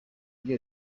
ibyo